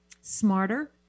smarter